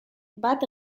bat